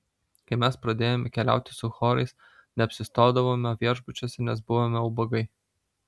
kai mes pradėjome keliauti su chorais neapsistodavome viešbučiuose nes buvome ubagai